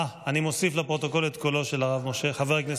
אני קובע כי החלטת